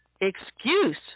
excuse